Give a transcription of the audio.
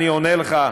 אני עונה לך,